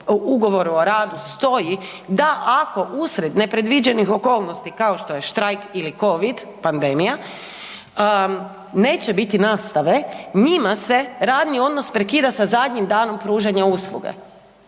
ugovoru o radu stoji da ako usred nepredviđenih okolnosti kao što je štrajk ili covid pandemija neće biti nastave, njima se radni odnos prekida sa zadnjim danom pružanja usluge.